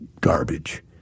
garbage